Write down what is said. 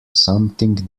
something